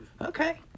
Okay